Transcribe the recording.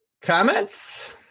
comments